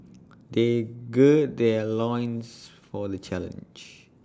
they gird their loins for the challenge